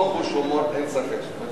אותו חוש הומור, אין ספק.